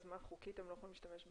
אז חוקית הם לא יכולים להשתמש?